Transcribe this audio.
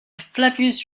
flavius